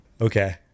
Okay